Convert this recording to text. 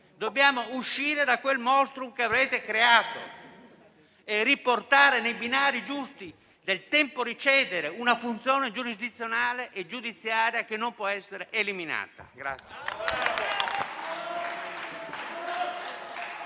dobbiamo uscire da quel *monstrum* che avrete creato e riportare nei binari giusti una funzione giurisdizionale e giudiziaria che non può essere eliminata.